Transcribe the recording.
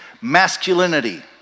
masculinity